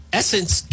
essence